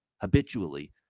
habitually